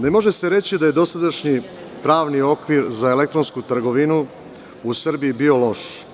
Ne može se reći da je dosadašnji pravni okvir za elektronsku trgovinu u Srbiji bio loš.